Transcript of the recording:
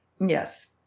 Yes